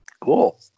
Cool